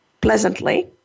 pleasantly